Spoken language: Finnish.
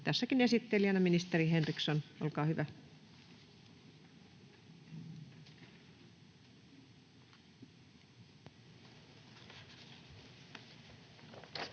Tässäkin esittelijänä ministeri Henriksson, olkaa hyvä.